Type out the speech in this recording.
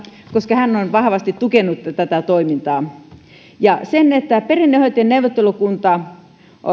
koska hän on vahvasti tukenut tätä toimintaa ja perinnehoitojen neuvottelukunta